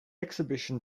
exhibition